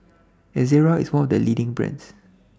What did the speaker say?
Ezerra IS one of The leading brands